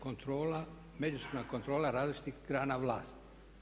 Kontrola, međusobna kontrola različitih grana vlasti.